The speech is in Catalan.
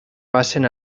passen